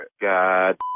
God